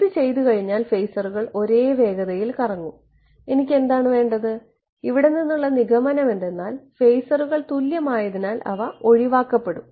ഇത് ചെയ്തുകഴിഞ്ഞാൽ ഫേസറുകൾ ഒരേ വേഗതയിൽ കറങ്ങും എനിക്ക് എന്താണ് വേണ്ടത് ഇവിടെ നിന്നുള്ള നിഗമനം എന്തെന്നാൽ ഫേസറുകൾ തുല്യമായതിനാൽ അവ ഒഴിവാക്കപ്പെടും